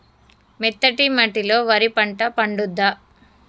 మెత్తటి మట్టిలో వరి పంట పండుద్దా?